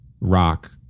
rock